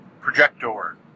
projector